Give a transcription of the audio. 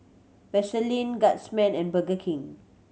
Vaseline Guardsman and Burger King